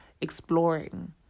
exploring